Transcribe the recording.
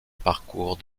parcours